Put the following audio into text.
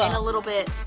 a little bit,